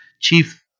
Chief